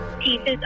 pieces